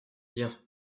bien